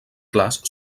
clars